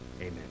Amen